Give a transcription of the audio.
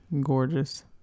gorgeous